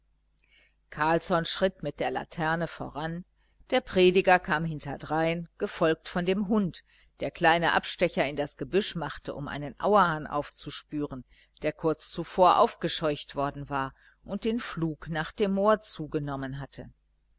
carlsson schritt mit der laterne voran der prediger kam hinterdrein gefolgt von dem hund der kleine abstecher in das gebüsch machte um einen auerhahn aufzuspüren der kurz zuvor aufgescheucht worden war und den flug nach dem moor zu genommen hatte